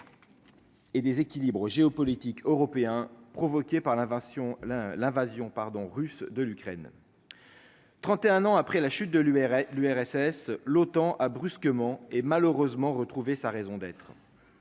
Et des équilibres géopolitiques européen provoquée par l'invasion la l'invasion pardon russe de l'Ukraine, 31 ans après la chute de l'URL, l'URSS, l'OTAN a brusquement et malheureusement retrouvé sa raison d'être.